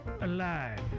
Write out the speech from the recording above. alive